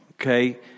Okay